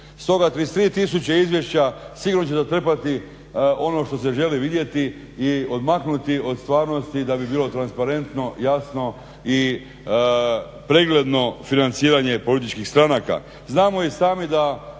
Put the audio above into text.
Stoga 33 tisuće izvješća sigurno će zatrpati ono što se želi vidjeti i odmaknuti od stvarnosti da bi bilo transparentno jasno i pregledno financiranje političkih stranaka.